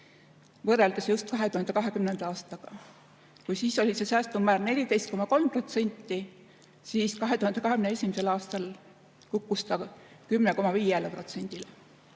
võrreldes 2020. aastaga. Kui siis oli see säästumäär 14,3%, siis 2021. aastal kukkus see 10,5%-le.